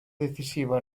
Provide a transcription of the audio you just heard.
decisiva